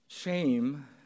Shame